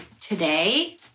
today